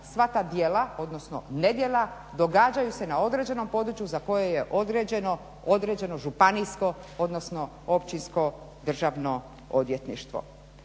sva ta djela odnosno nedjela događaju se na određenom području za koje je određeno županijsko odnosno općinsko državno odvjetništvo.